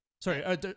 Sorry